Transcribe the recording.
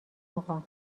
آقا